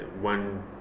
one